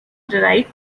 derived